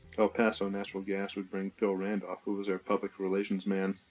el paso natural gas would bring phil randolph who was our public relations man,